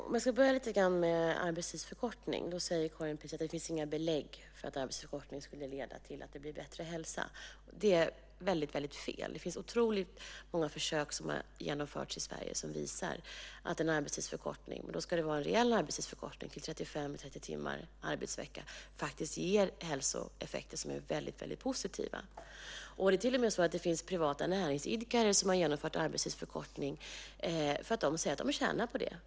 Fru talman! Låt mig börja med arbetstidsförkortningen. Karin Pilsäter säger att det inte finns några belägg för att en arbetstidsförkortning skulle leda till att det blir bättre hälsa. Det är helt fel. Det har genomförts otroligt många försök i Sverige som visar att en arbetstidsförkortning faktiskt ger väldigt positiva hälsoeffekter, men då ska det vara en reell arbetstidsförkortning till 30-35 timmars arbetsvecka. Det finns till och med privata näringsidkare som har genomfört en arbetstidsförkortning som säger att de tjänar på det.